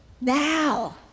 Now